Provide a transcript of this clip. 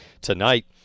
tonight